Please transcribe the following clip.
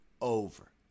over